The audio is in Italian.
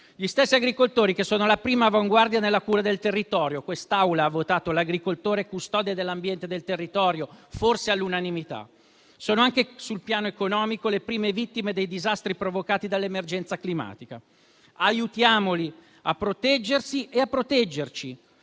degli agricoltori, che sono la prima avanguardia nella cura del territorio. Questa Assemblea ha votato il riconoscimento dell'agricoltore come custode dell'ambiente e del territorio, forse all'unanimità. Sono anche, sul piano economico, le prime vittime dei disastri provocati dall'emergenza climatica. Aiutiamoli a proteggersi e a proteggerci.